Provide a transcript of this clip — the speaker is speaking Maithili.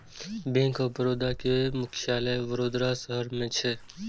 बैंक ऑफ बड़ोदा के मुख्यालय वडोदरा शहर मे छै